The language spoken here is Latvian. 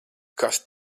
kas